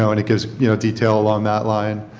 so and it gives you know detail on that line.